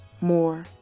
more